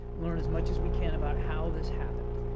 learn as much as we can about how this happened,